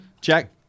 Jack